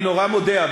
אני נורא מודה,